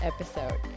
episode